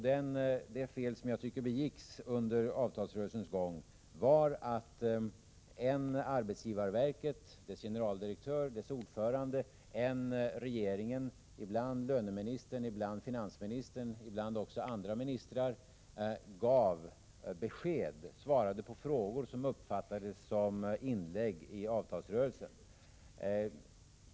Det fel som enligt min mening begicks under avtalsrörelsens gång var att än arbetsgivarverket — dess generaldirektör, dess ordförande — än regeringen — ibland löneministern, ibland finansministern och ibland också andra ministrar — gav besked och svarade på frågor vilket uppfattades som inlägg i avtalsrörelsen.